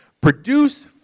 Produce